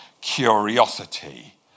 curiosity